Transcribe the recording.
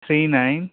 three nine